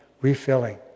refilling